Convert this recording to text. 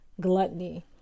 gluttony